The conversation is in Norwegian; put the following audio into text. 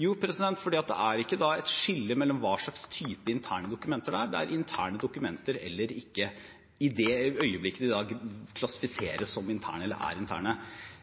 Jo, fordi det ikke er et skille mellom hva slags type interne dokumenter det er – det er interne dokumenter eller ikke, i det øyeblikket de klassifiseres som interne, eller er interne.